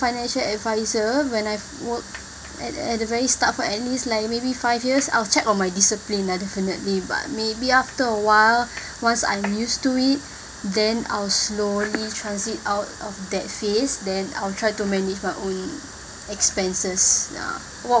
financial advisor when I work at the at the very start for at least like maybe five years I'll check on my discipline uh definitely but maybe after a while once I'm used to it then I'll slowly transit out of that phase then I'll try to manage my own expenses ya